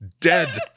dead